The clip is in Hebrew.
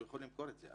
הוא יכול למכור את זה.